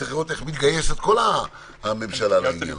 שצריך לראות איך מתגייסת כל הממשלה לעניין הזה.